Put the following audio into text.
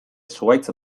zuhaitz